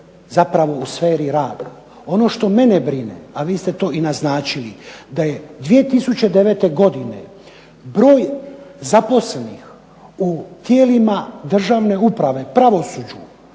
problem u sferi rada. Ono što mene brine, a vi ste to i naznačili da je 2009. godine broj zaposlenih u tijelima državne uprave u pravosuđu